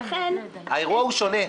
האירוע הוא שונה.